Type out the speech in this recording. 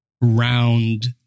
round